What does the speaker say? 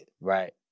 Right